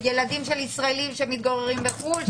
שאלות לגבי ילדים של ישראלים שמתגוררים בחו"ל.